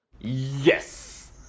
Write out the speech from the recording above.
Yes